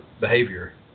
behavior